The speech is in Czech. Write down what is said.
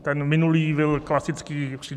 Ten minulý byl klasický případ.